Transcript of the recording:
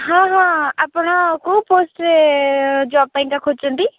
ହଁ ହଁ ଆପଣ କେଉଁ ପୋଷ୍ଟରେ ଜବ୍ ପାଇଁ କା ଖୋଜୁଛନ୍ତି